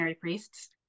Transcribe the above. priests